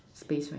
space right